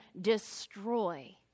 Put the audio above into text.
destroy